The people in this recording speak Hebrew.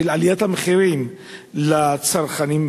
של עליית המחירים לצרכנים,